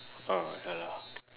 ah ya lah